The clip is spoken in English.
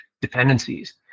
dependencies